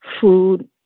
food